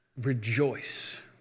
rejoice